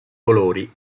colori